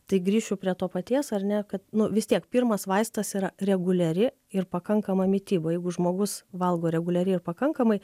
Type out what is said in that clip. tai grįšiu prie to paties ar ne kad nu vis tiek pirmas vaistas yra reguliari ir pakankama mityba jeigu žmogus valgo reguliariai ir pakankamai